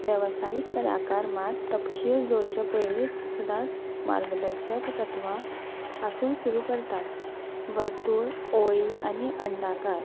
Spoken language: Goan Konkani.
वेवसायीक कलाकार मात तपशील जोडचे पयलींच सदांच मार्गदर्शक तत्वां पासून सुरू करतात वर्तूळ ओळी आनी अंडाक